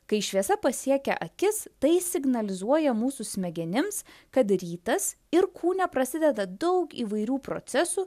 kai šviesa pasiekia akis tai signalizuoja mūsų smegenims kad rytas ir kūne prasideda daug įvairių procesų